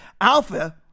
Alpha